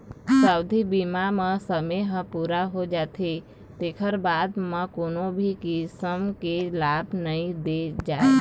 सावधि बीमा म समे ह पूरा हो जाथे तेखर बाद म कोनो भी किसम के लाभ नइ दे जाए